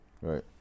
Right